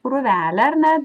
krūvelę ar ne